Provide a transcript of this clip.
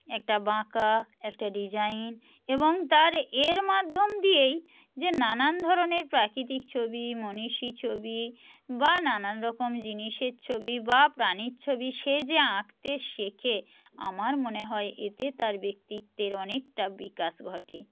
একটা বাঁকা একটা ডিজাইন এবং তার এর মাধ্যম দিয়েই যে নানান ধরনের প্রাকৃতিক ছবি মনীষী ছবি বা নানান রকম জিনিসের ছবি বা প্রাণীর ছবি সে যে আঁকতে শেখে আমার মনে হয় এতে তার ব্যক্তিত্বের অনেকটা বিকাশ ঘটে